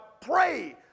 pray